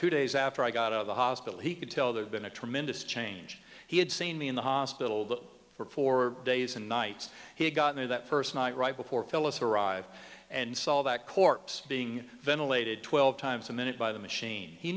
two days after i got out of the hospital he could tell there's been a tremendous change he had seen me in the hospital for four days and nights he got there that first night right before fellas arrive and saw that corpse being ventilated twelve times a minute by the machine he